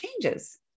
changes